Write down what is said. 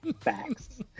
Facts